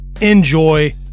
enjoy